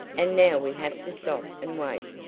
and now we have to stop and wait.